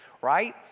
right